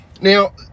Now